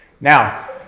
Now